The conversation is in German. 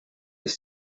ist